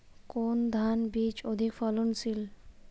কোন ধান বীজ অধিক ফলনশীল?